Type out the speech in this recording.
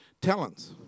talents